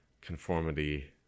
conformity